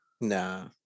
Nah